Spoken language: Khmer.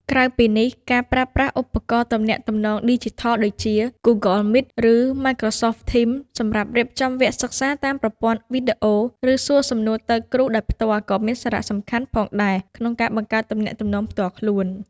ក្រៅពីនេះ ការប្រើប្រាស់ ឧបករណ៍ទំនាក់ទំនងឌីជីថល ដូចជា Google Meet ឬ Microsoft Teams សម្រាប់រៀបចំវគ្គសិក្សាតាមប្រព័ន្ធវីដេអូ ឬសួរសំណួរទៅគ្រូដោយផ្ទាល់ក៏មានសារៈសំខាន់ផងដែរក្នុងការបង្កើតទំនាក់ទំនងផ្ទាល់ខ្លួន។